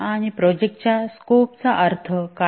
आणि प्रोजेक्ट च्या स्कोपचा अर्थ काय